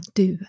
du